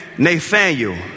Nathaniel